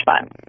fun